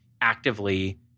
actively